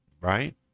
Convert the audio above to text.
Right